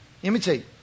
Imitate